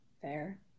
Fair